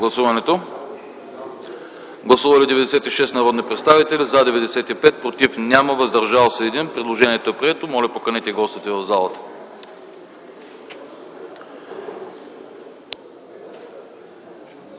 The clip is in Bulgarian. Гласували 96 народни представители: за 95, против няма, въздържал се 1. Предложението е прието. Моля, поканете гостите в залата.